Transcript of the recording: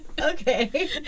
okay